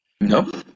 Nope